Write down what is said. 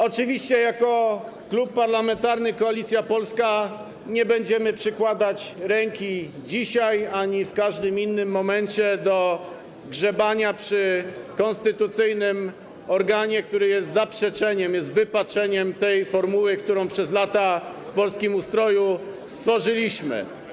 Oczywiście jako Klub Parlamentarny Koalicja Polska nie będziemy przykładać ręki dzisiaj ani w żadnym innym momencie do grzebania przy konstytucyjnym organie, który jest zaprzeczeniem, jest wypaczeniem formuły, którą przez lata w polskim ustroju tworzyliśmy.